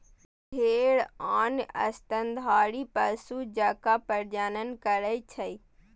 भेड़ आन स्तनधारी पशु जकां प्रजनन करै छै